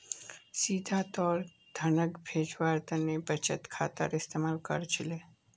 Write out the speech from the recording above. सीधा तौरत धनक भेजवार तने बचत खातार इस्तेमाल कर छिले